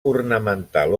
ornamental